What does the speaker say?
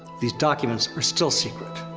these documents are still secret.